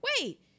wait